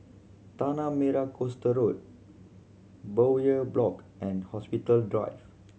Tanah Merah Coast Road Bowyer Block and Hospital Drive